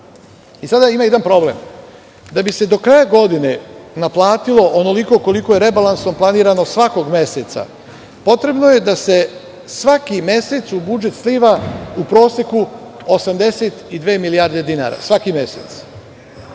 i sada ima jedan problem. Da bi se do kraja godine naplatilo onoliko koliko je rebalansom planirano svakog meseca potrebno je da se svaki mesec u budžet sliva u proseku 82 milijarde dinara svaki mesec.